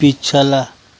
पिछला